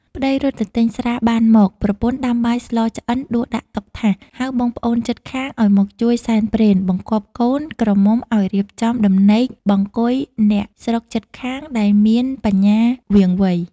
ប្ដីរត់ទៅទិញស្រាបានមក ប្រពន្ធដាំបាយស្លឆ្អិនដួសដាក់តុថាស ហៅបងប្អូនជិតខាងឱ្យមកជួយសែនព្រេន បង្គាប់កូន ក្រមុំឱ្យរៀបចំដំណេកបង្គុយអ្នកស្រុកជិតខាងដែលមានបញ្ញាវាងវៃ។